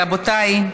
רבותיי,